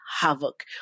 havoc